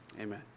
Amen